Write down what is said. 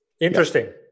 interesting